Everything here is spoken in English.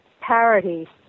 parity